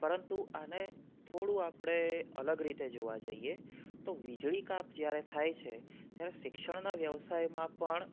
પરંતુ આને થોડું આપણે અલગ રીતે જોવા જઈએ તો વીજળી કાપ જ્યારે થાય છે ત્યારે શિક્ષણના વ્યવસાયમાં પણ